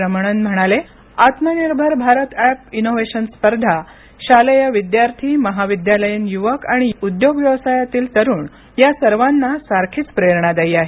रमणन म्हणाले आत्मनिर्भर भारतऍप इनोव्हेशन स्पर्धा शालेय विद्यार्थी महाविद्यालयीन युवक आणि उद्योगव्यवसायातील तरुण या सर्वांना सारखीच प्रेरणादायी आहे